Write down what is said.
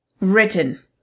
written